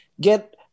get